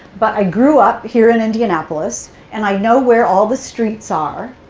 but i grew up here in indianapolis and i know where all the streets are.